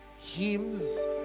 Hymns